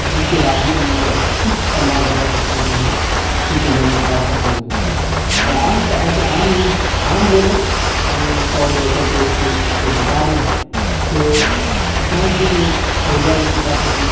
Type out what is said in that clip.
اس کے بعد ہی ہم ایک فکس انداز بتا سکتے ہیں کہ ہاں کتنے دنوں میں کتاب ختم ہو جا سکتی ہے اگر عام تو ایسے عام عام بولے یعنی سو دو سو پیج کی کوئی کتابیں ہیں تو پانچ دن میں ہو جائے گی کتاب ختم